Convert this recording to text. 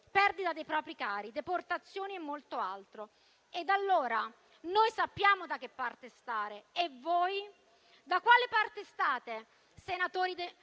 perdita dei propri cari, deportazioni e molto altro. Allora, noi sappiamo da che parte stare. E voi? Da quale parte state, senatori del